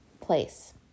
place